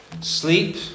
Sleep